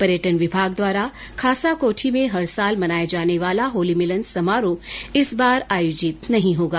पर्यटन विभाग द्वारा खासकोठी में हर साल मनाया जाने वाला होली मिलन समारोह इस बार आयोजित नहीं होगा